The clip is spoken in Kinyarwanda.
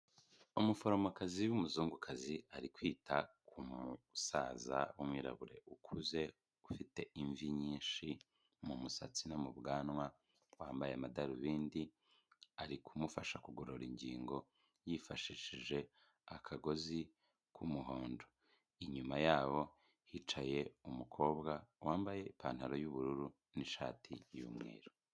Umuforomokazi w'umuzungukazi ari kwita ku musaza w'umwirabura ukuze, ufite imvi nyinshi mu musatsi no mu bwanwa wambaye amadarubindi ari kumufasha kugorora ingingo yifashishije akagozi k'umuhondo, inyuma yabo hicaye umukobwa wambaye ipantaro y'ubururu n'ishati yumweru.